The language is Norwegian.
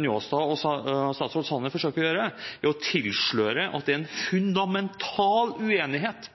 Njåstad og statsråd Sanner forsøker å gjøre, er å tilsløre at det er en fundamental uenighet